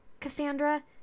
Cassandra